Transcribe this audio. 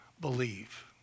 believe